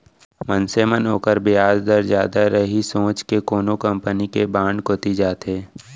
मनसे मन ओकर बियाज दर जादा रही सोच के कोनो कंपनी के बांड कोती जाथें